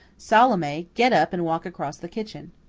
salome, get up and walk across the kitchen.